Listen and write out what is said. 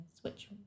switch